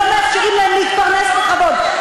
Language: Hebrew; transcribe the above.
לא מאפשרים להם להתפרנס בכבוד,